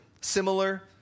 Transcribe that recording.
Similar